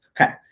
Okay